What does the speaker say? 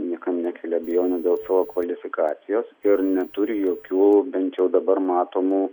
niekam nekelia abejonių dėl savo kvalifikacijos ir neturi jokių bent jau dabar matomų